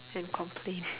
and complain